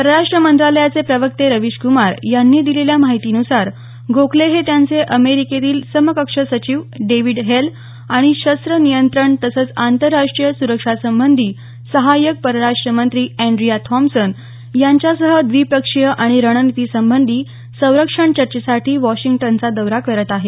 परराष्ट्र मंत्रालयाचे प्रवक्ते रवीश कुमार यांनी दिलेल्या माहितीनुसार गोखले हे त्यांचे अमेरिकेतील समकक्ष सचिव डेवीड हेल आणि शस्त्र नियंत्रण तसंच आंतरराष्ट्रीय सुरक्षा संबंधी सहायक परराष्ट्र मंत्री एंड्रीया थॉमसन यांच्यासह द्विपक्षीय आणि रणनितीसंबंधी संरक्षण चर्चेसाठी वॉशिंग्टनचा दौरा करत आहेत